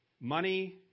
Money